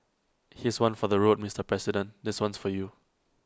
here's one for the road Mister president this one's for you